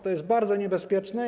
To jest bardzo niebezpieczne.